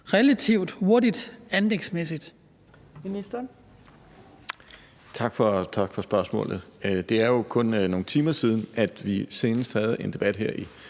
relativt hurtigt anlægsmæssigt?